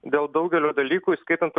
dėl daugelio dalykų įskaitant